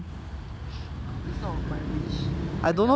it's not my wish I just